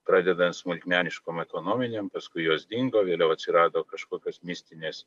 pradedant smulkmeniškom ekonominėm paskui jos dingo vėliau atsirado kažkokios mistinės